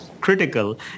critical